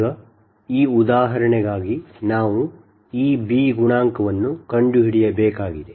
ಈಗ ಈ ಉದಾಹರಣೆಗಾಗಿ ನಾವು ಈ ಬಿ ಗುಣಾಂಕವನ್ನು ಕಂಡುಹಿಡಿಯಬೇಕಾಗಿದೆ